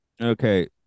Okay